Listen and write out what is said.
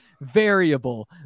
variable